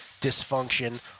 dysfunction